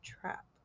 trap